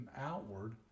outward